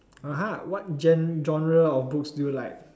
(uh huh) what gen~ genre of books do you like